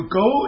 go